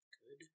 good